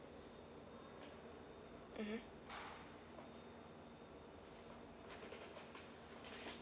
mmhmm